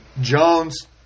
Jones